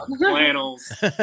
Flannels